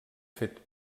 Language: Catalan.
fet